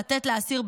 לתת לאסיר,